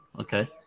Okay